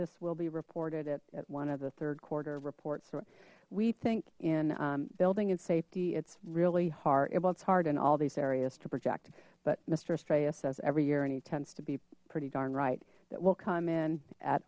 this will be reported at one of the third quarter reports so we think in building and safety it's really hard it's hard in all these areas to project but mister estrella says every year and he tends to be pretty darn right that will come in at